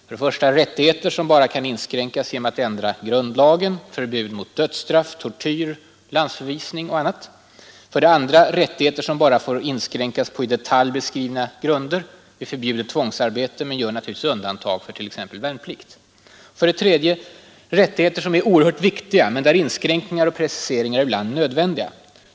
För det första rättigheter som bara kan ins ränkas genom ändring av grundlagen; förbud mot dödsstraff, tortyr, landsförvisning och annat. För det andra rättigheter som bara får inskränkas på i detalj beskrivna grunder. Vi förbjuder tvångsarbete — men gör naturligtvis undantag för t.ex. värnplikt För det tredje rättigheter som är oerhört viktiga, men där inskränkningar och preciseringar ibland är nödvändiga.